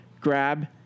grab